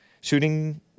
shooting